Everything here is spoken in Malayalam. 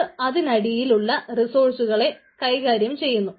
അത് അതിനടിയിലുള്ള റിസോഴ്സുകളെ കൈകാര്യം ചെയ്യുന്നു